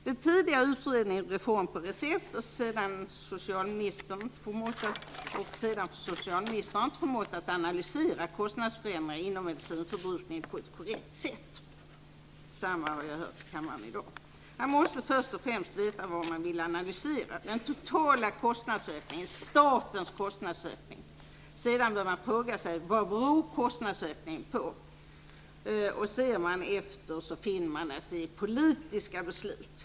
Den tidigare utredningen Reform på recept och sedan socialministern har inte förmått analysera kostnadsförändringar inom medicinförbrukningen på ett korrekt sätt. Jag har hört samma påstående här i kammaren i dag. Man måste först och främst veta vad man vill analysera, dvs. den totala kostnadsökningen, statens kostnadsökning. Sedan bör man fråga sig vad kostnadsökningen beror på. Ser man efter finner man att det är politiska beslut.